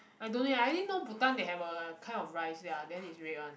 I don't I only know bhutan they have a kind of rice ya then it's red one